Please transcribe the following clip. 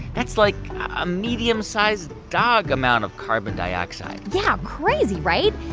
that's like a medium-sized-dog amount of carbon dioxide yeah, crazy, right?